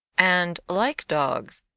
and, like dogs,